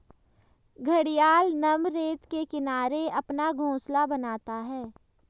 घड़ियाल नम रेत के किनारे अपना घोंसला बनाता है